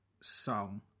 song